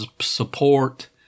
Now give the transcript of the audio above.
support